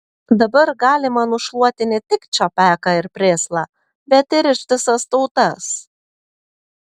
dabar galima nušluoti ne tik čapeką ir prėslą bet ir ištisas tautas